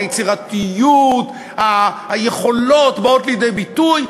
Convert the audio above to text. היצירתיות והיכולות באים לידי ביטוי,